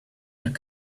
and